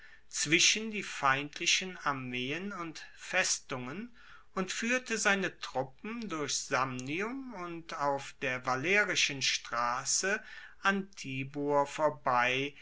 zwischen die feindlichen armeen und festungen und fuehrte seine truppen durch samnium und auf der valerischen strasse an tibur vorbei